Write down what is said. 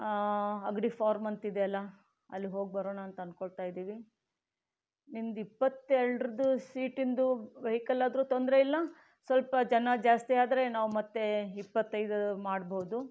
Agadi farm ಅಂತಿದೆ ಅಲಾ ಅಲ್ಲಿಗ್ಹೋಗಿ ಬರೋಣ ಅಂತ ಅನ್ಕೋಳ್ತಾಯಿದ್ದೀವಿ ನಿಮ್ದು ಇಪ್ಪತ್ತೆರಡ್ರದ್ದು ಸೀಟಿಂದು ವೆಹಿಕಲ್ ಆದರೂ ತೊಂದರೆ ಇಲ್ಲ ಸ್ವಲ್ಪ ಜನ ಜಾಸ್ತಿ ಆದರೆ ನಾವು ಮತ್ತೆ ಇಪ್ಪತೈದು ಮಾಡ್ಬೋದು